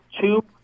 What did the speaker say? two